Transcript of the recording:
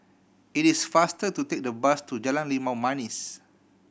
it is faster to take the bus to Jalan Limau Manis